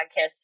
podcast